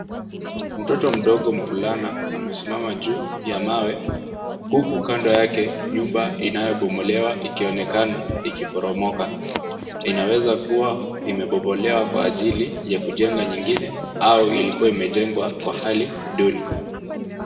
Mtoto mdogo mvulana amesimama juu ya mawe huku kando yake nyumba inayobomolewa ikionekana ikiporomoka. Inaweza kuwa imebomolewa kwa ajili ya kujenga nyingine au ilikuwa imejengwa kwa hali duni.